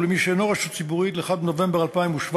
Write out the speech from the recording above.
ולמי שאינו רשות ציבורית ל-1 בנובמבר 2017,